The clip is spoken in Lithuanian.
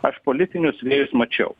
aš politinius vėjus mačiau